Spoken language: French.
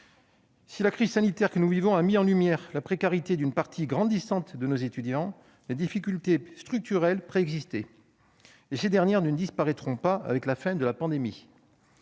Si la crise sanitaire que nous vivons a mis en lumière la précarité d'une part croissante de nos étudiants, les difficultés structurelles préexistaient. Ces dernières ne disparaîtront pas avec la fin de la pandémie.